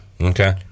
Okay